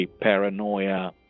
paranoia